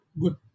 good